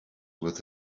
with